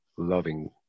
loving